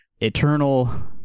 Eternal